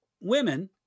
women